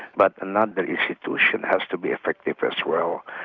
but another institution has to be effective as well.